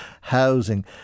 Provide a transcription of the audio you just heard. housing